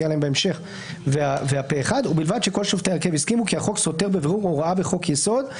נגיע עליהם בהמשך ופה אחד "כי החוק סותר בבירור הוראה בחוק יסוד".